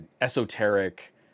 esoteric